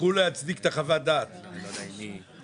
רוויזיה על הסתייגות מס' 1. מי בעד,